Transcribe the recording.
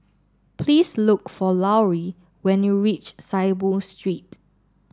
please look for Lauri when you reach Saiboo Street